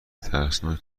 ترسناک